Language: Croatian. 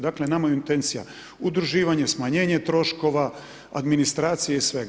Dakle nama je intencija udruživanje, smanjenje troškova, administracije i svega.